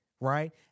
right